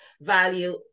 Value